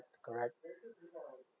correct